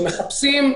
אם מחפשים,